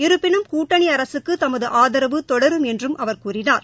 இருப்பினும் கூட்டணி அரசுக்கு தமது ஆதரவு தொடரும் என்றும் அவர் கூறினார்